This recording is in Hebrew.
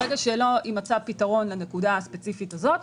ברגע שלא יימצא פתרון לנקודה הספציפית הזו,